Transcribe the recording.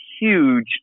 huge